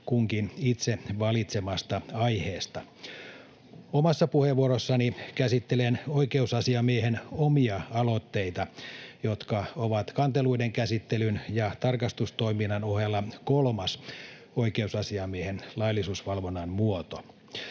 kunkin itse valitsemastaan aiheesta. Omassa puheenvuorossani käsittelen oikeusasiamiehen omia aloitteita, jotka ovat kanteluiden käsittelyn ja tarkastustoiminnan ohella kolmas oikeusasiamiehen laillisuusvalvonnan muoto.